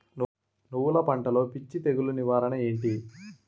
నువ్వులు పంటలో పిచ్చి తెగులకి నివారణ ఏంటి?